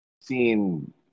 seen